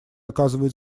оказывает